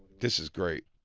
this is great.